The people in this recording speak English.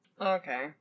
Okay